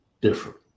different